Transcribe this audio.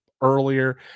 earlier